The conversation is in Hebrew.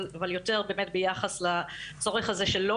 אבל יותר באמת ביחס לצורך הזה של לא